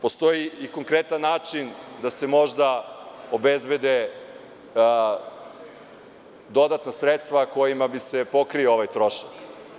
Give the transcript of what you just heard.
Postoji i konkretan način da se obezbede dodana sredstva kojima bi se pokrio ovaj trošak.